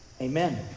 Amen